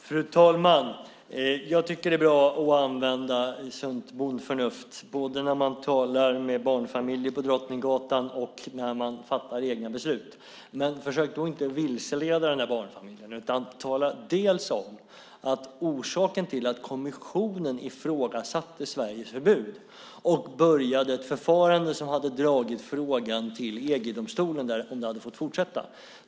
Fru talman! Jag tycker att det är bra med sunt bondförnuft både när man talar med barnfamiljer på Drottninggatan och när man fattar egna beslut. Men försök inte vilseleda barnfamiljen! Tala i stället om att orsaken till att kommissionen ifrågasatte Sveriges förbud och påbörjade ett förfarande som, om det hade fått fortsätta, hade dragit frågan till EG-domstolen!